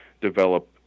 develop